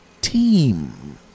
team